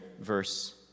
verse